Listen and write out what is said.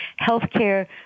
healthcare